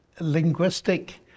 Linguistic